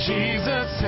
Jesus